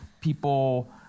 people